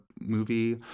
movie